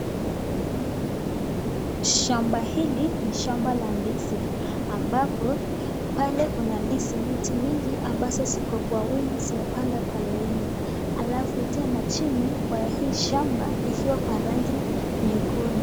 Shamba hili ni shamba la ndizi ambapo kuna ndizi, miti mingi ambazo ziko kwa wingi zimepangwa kwa laini alafu tena chini Kwa hii shamba akiwa kwa rangi nyekundu.